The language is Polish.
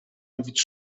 mówić